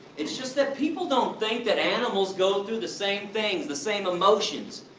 it's just that people don't think that animals go through the same things, the same emotions,